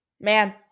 Man